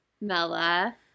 Mella